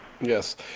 Yes